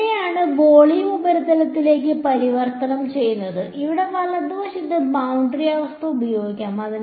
അവിടെയാണ് വോളിയം ഉപരിതലത്തിലേക്ക് പരിവർത്തനം ചെയ്തത് ഇവിടെ വലതുവശത്ത് ബൌണ്ടറി അവസ്ഥ പ്രയോഗിക്കും